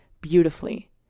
beautifully